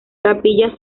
capilla